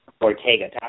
Ortega